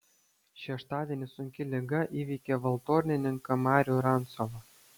šeštadienį sunki liga įveikė valtornininką marių rancovą